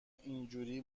اینجوری